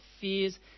fears